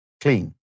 clean